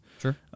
Sure